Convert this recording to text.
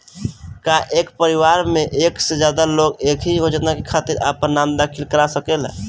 का एक परिवार में एक से ज्यादा लोग एक ही योजना के खातिर आपन नाम दाखिल करा सकेला?